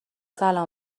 سلام